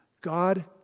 God